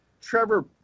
Trevor